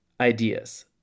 ideas